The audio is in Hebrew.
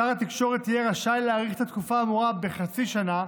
שר התקשורת יהיה רשאי להאריך את התקופה האמורה בחצי שנה,